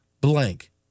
blank